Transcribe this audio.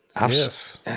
Yes